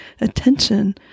attention